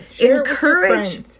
Encourage